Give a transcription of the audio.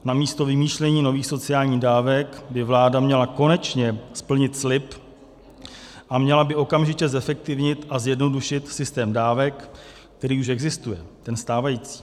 Namísto vymýšlení nových sociálních dávek by vláda měla konečně splnit slib a měla by okamžitě zefektivnit a zjednodušit systém dávek, který už existuje, ten stávající.